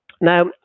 Now